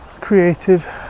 Creative